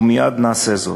ומייד נעשה זאת,